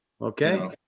Okay